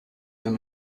wenn